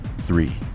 Three